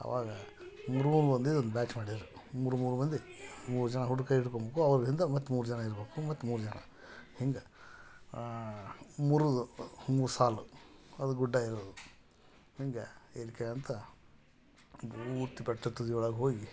ಆವಾಗ ಮೂರು ಮೂರು ಮಂದಿದು ಒಂದು ಬ್ಯಾಚ್ ಮಾಡಿದರು ಮೂರು ಮೂರು ಮಂದಿ ಮೂರು ಜನ ಹುಡು ಕೈ ಹಿಡ್ಕೊಬೇಕು ಅವ್ರ ಹಿಂದೆ ಮತ್ತೆ ಮೂರು ಜನ ಇರಬೇಕು ಮತ್ತೆ ಮೂರು ಜನ ಹಿಂಗೆ ಮೂರುದ್ದು ಮೂರು ಸಾಲು ಅದು ಗುಡ್ಡ ಇರೋದು ಹೀಗೆ ಹಿಡ್ಕೋಂತ ಪೂರ್ತಿ ಬೆಟ್ಟದ ತುದಿಯೊಳಗೆ ಹೋಗಿ